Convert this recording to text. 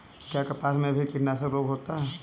क्या कपास में भी कीटनाशक रोग होता है?